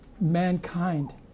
mankind